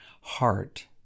heart